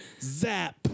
Zap